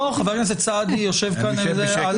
אני יושב כאן בשקט.